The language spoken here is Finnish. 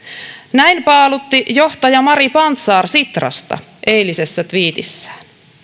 näin paalutti johtaja mari pantsar sitrasta eilisessä tviitissään